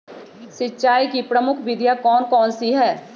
सिंचाई की प्रमुख विधियां कौन कौन सी है?